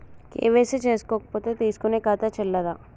KYC చేసుకోకపోతే తీసుకునే ఖాతా చెల్లదా?